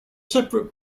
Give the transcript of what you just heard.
separate